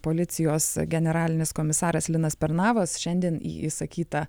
policijos generalinis komisaras linas pernavas šiandien į išsakytą